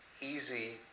easy